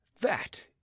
That